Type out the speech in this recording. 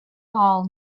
all